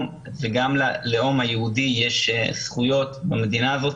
וגם ללאום היהודי יש זכויות במדינה הזו,